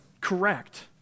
correct